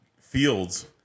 Fields